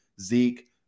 Zeke